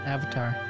Avatar